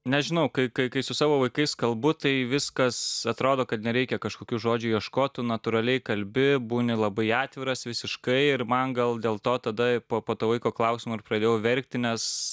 nežinau kai kai su savo vaikais kalbu tai viskas atrodo kad nereikia kažkokių žodžių ieškot tu natūraliai kalbi būni labai atviras visiškai ir man gal dėl to tada po po to vaiko klausimo ir pradėjau verkti nes